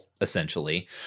essentially